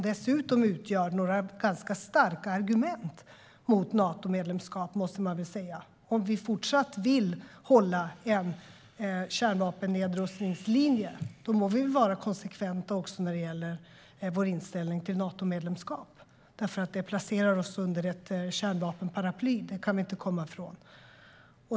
Dessutom utgör detta ganska starka argument mot ett Natomedlemskap. Om vi fortsatt vill hålla en kärnvapennedrustningslinje borde vi vara konsekventa också när det gäller vår inställning till Natomedlemskap eftersom ett sådant placerar oss under ett kärnvapenparaply, det kan vi inte komma ifrån.